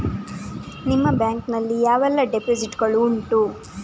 ನಿಮ್ಮ ಬ್ಯಾಂಕ್ ನಲ್ಲಿ ಯಾವೆಲ್ಲ ಡೆಪೋಸಿಟ್ ಗಳು ಉಂಟು?